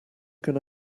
can